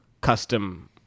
custom